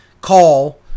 call